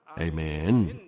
Amen